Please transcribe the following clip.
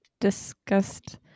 discussed